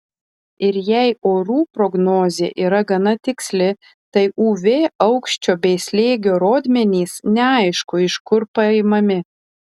ir jei orų prognozė yra gana tiksli tai uv aukščio bei slėgio rodmenys neaišku iš kur paimami